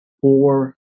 four